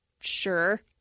Sure